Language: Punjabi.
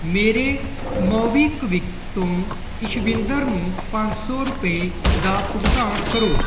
ਮੇਰੇ ਮੋਬੀਕਵਿਕ ਤੋਂ ਇਸ਼ਵਿੰਦਰ ਨੂੰ ਪੰਜ ਸੌ ਰੁਪਏ ਦਾ ਭੁਗਤਾਨ ਕਰੋ